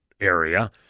area